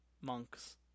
monks